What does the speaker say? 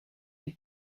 des